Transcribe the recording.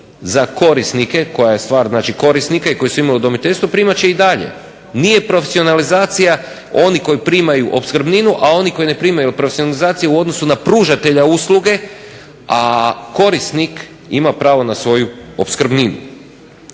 za korisnike koja je stvar znači korisnike koji su imali u udomiteljstvu primat će i dalje. Nije profesionalizacija oni koji primaju opskrbninu, a oni koji ne primaju profesionalizaciju u odnosu na pružatelja usluge, a korisnik ima pravo na svoju opskrbninu.